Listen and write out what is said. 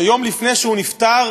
שיום לפני שהוא נפטר